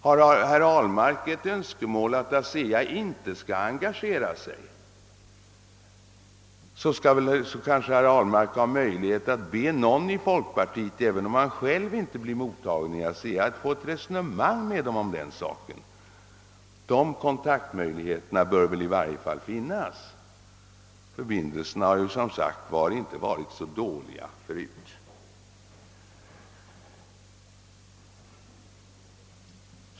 Har herr Ahlmark ett önskemål att ASEA inte skall engagera sig, så kanske herr Ahlmark har möjlighet att be någon i folkpartiet, om han själv inte blir mottagen av ASEA, att få ett resonemang med företaget om den saken. De kontaktmöjligheterna bör i varje fall finnas. Förbindelserna har som sagt inte varit så dåliga förut.